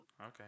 Okay